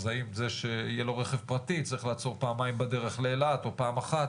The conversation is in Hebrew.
אז האם זה שיהיה לו רכב פרטי צריך לעצור פעמיים בדרך לאילת או פעם אחת